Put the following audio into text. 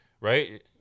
right